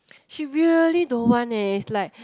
she really don't want eh is like